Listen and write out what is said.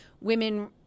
women